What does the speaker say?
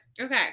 okay